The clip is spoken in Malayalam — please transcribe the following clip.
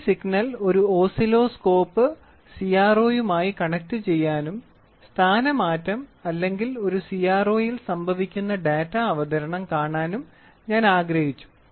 ഈ സിഗ്നൽ ഒരു ഓസിലോസ്കോപ്പ് സിആർഒയുമായി കണക്റ്റുചെയ്യാനും സ്ഥാനമാറ്റം അല്ലെങ്കിൽ ഒരു സിആർഒയിൽ സംഭവിക്കുന്ന ഡാറ്റാ അവതരണം കാണാനും ഞാൻ ആഗ്രഹിച്ചു